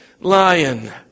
lion